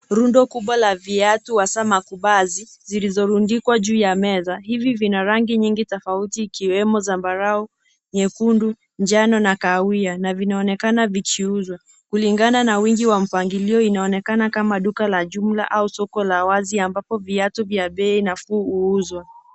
Rundo kubwa la viatu hasa makuvazi zilizorundikwa juu ya meza. Hivi vina rangi nyingi tofauti ikiwemo zambarau, nyekundu, njano na kahawia na vinaonekana vikiuzwa. Kulingana na wingi wa mpangilio inaonekana kama duka la jumla au soko la wazi ambapo viatu vya bei nafuu huuzwa.